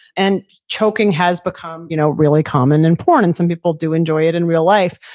and choking has become you know really common and porn and some people do enjoy it in real life.